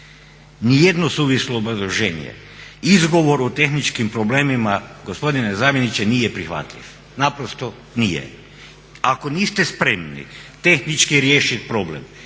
Ni jedno suvislo obrazloženje, izgovor o tehničkim problemima, gospodine zamjeniče, nije prihvatljiv. Naprosto nije. Ako niste spremni tehnički riješiti problem